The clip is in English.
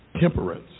temperance